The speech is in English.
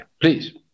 please